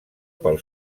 pel